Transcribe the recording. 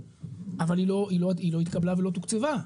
אבל היא לא התקבלה ולא תוקצבה.